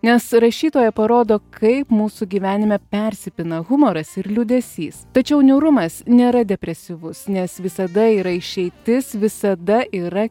nes rašytoja parodo kaip mūsų gyvenime persipina humoras ir liūdesys tačiau niūrumas nėra depresyvus nes visada yra išeitis visada yra